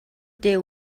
дээ